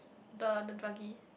the the druggy